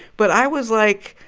but i was like,